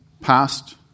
past